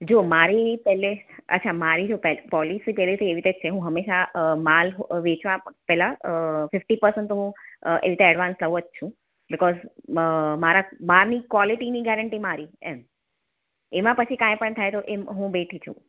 જો મારી પહેલે અચ્છા મારી જો પોલીસી પહેલેથી એવી રીતે જ છે હંમેશા માલ વેચવા પહેલા ફિફ્ટી પર્સન્ટ તો હું એવી રીતે એડવાન્સ લઉં જ છું બીકોઝ જે માલની ક્વોલિટીની ગેરંટી મારી એમ એમાં પછી કાંઈ પણ થાય તો હું બેઠી છું